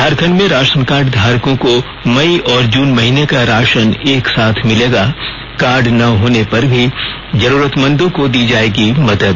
झारखंड में ration card धारकों को मई और जून महीने का राशन एक साथ मिलेगा कार्ड न होने पर भी जरूरतमंदों को दी जाएगी मदद